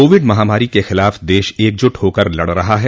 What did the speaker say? Covid महामारी के खिलाफ देश एकजुट होकर लड़ रहा है